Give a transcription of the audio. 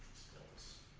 skills